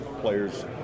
players